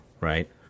right